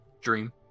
dream